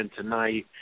tonight